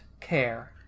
care